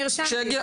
נרשמתי,